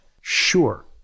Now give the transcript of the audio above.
Sure